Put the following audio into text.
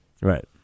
right